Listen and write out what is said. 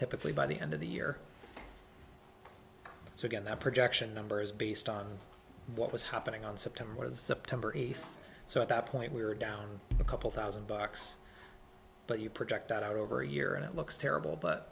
typically by the end of the year so again that projection number is based on what was happening on september the september eighth so at that point we were down a couple thousand bucks but you project out over a year and it looks terrible but